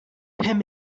him